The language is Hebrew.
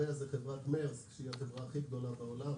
אחריה חברת מארסק שהיא החברה הכי גדולה בעולם,